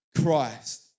Christ